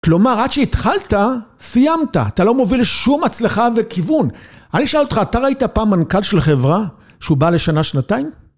כלומר, עד שהתחלת, סיימת, אתה לא מוביל לשום הצלחה וכיוון. אני שואל אותך, אתה ראית פעם מנכ"ל של חברה שהוא בא לשנה, שנתיים?